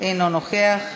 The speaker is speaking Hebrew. אינו נוכח.